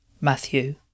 Matthew